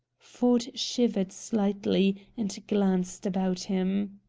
ford shivered slightly and glanced about him.